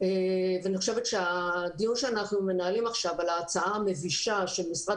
ואני חושבת שהדיון שאנחנו מנהלים עכשיו על ההצעה המבישה שמשרד